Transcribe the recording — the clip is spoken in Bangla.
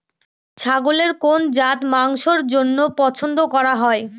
ছাগলের কোন জাত মাংসের জন্য পছন্দ করা হয়?